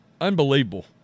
Unbelievable